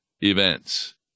events